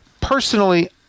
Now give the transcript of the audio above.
personally